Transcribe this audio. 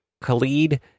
Khalid